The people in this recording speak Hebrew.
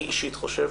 אני אישית חושב